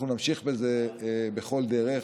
אנחנו נמשיך בזה בכל דרך,